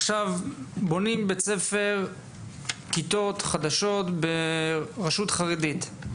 עכשיו בונים בית ספר חדש ברשות חרדית.